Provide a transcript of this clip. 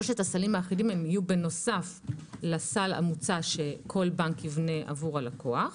יהיו בנוסף לסל המוצע שכל בנק יבנה עבור הלקוח.